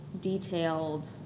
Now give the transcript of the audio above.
detailed